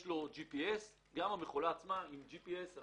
יהיה לו GPS. גם המכולה עצמה תהיה עם GPS,